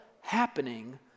happening